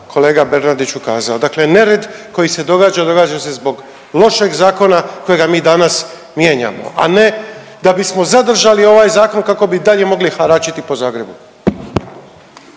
kolega Bernardić ukazao. Dakle nered koji se događa, događa se zbog lošeg zakona kojeg mi danas mijenjamo, a ne da bismo zadržali ovaj zakon kako bi dalje mogli haračiti po Zagrebu.